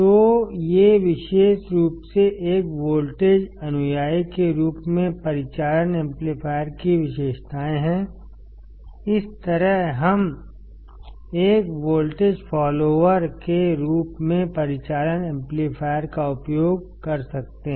तो ये विशेष रूप से एक वोल्टेज अनुयायी के रूप में परिचालन एम्पलीफायर की विशेषताएं हैं इस तरह हम एक वोल्टेज फॉलोअर के रूप में परिचालन एम्पलीफायर का उपयोग कर सकते हैं